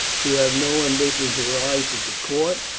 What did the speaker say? who have no ambition to rise at the court,